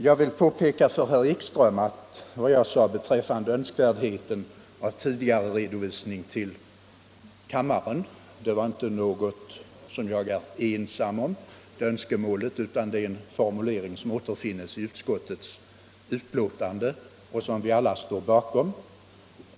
Jag vill påpeka för herr Ekström att vad jag sade beträffande önskvärdheten av tidigare redovisning till kammaren var inte något önskemål som jag är ensam om, utan det är en formulering som återfinns i utskottets betänkande och som vi alla står bakom.